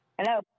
Hello